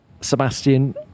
Sebastian